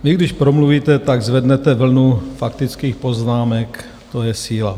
Vy když promluvíte, tak zvednete vlnu faktických poznámek, to je síla.